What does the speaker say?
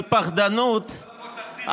בפחדנות,